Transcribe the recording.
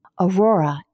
Aurora